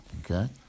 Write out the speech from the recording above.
Okay